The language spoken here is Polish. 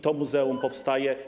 To muzeum powstaje.